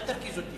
אל תרגיז אותי.